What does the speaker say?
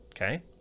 Okay